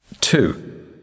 Two